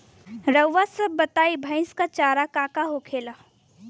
रउआ सभ बताई भईस क चारा का का होखेला?